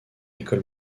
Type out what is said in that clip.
école